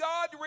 God